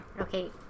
Okay